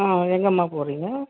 ஆ எங்கேம்மா போகிறீங்க